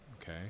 okay